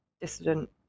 dissident